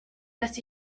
dass